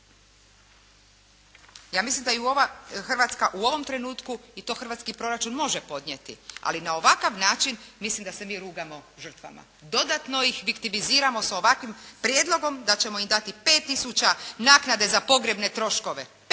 Ja mislim da i ova Hrvatska u ovom trenutku i to hrvatski proračun može podnijeti, ali na ovakav način mislim da se mi rugamo žrtvama. Dodatno ih viktimiziramo sa ovakvim prijedlogom da ćemo im dati pet tisuća naknade za pogrebne troškove.